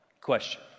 Question